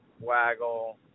waggle